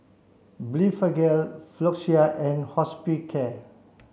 Blephagel Floxia and Hospicare